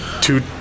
two